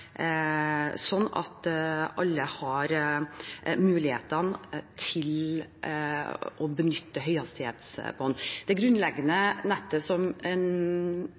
at alle har mulighet til å benytte høyhastighetsbredbånd. Det grunnleggende nettet som